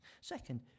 Second